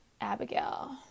Abigail